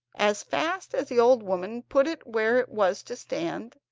as fast as the old woman put it where it was to stand,